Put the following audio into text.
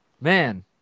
Man